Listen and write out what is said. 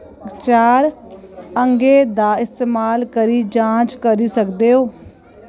चार अंकें दा इस्तेमाल करियै जांच करी सकदे ओ